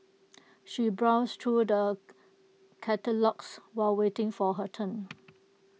she browsed through the catalogues while waiting for her turn